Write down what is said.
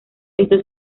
esto